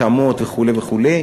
התאמות וכו' וכו'.